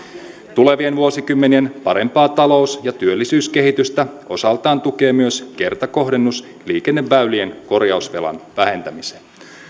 tulevien vuosikymmenien parempaa talous ja työllisyyskehitystä osaltaan tukee myös kertakohdennus liikenneväylien korjausvelan vähentämiseen